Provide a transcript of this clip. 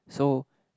so